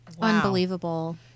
unbelievable